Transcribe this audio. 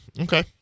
Okay